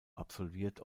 absolviert